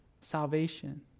salvation